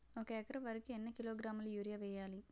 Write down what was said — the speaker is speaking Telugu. ఒక ఎకర వరి కు ఎన్ని కిలోగ్రాముల యూరియా వెయ్యాలి?